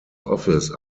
office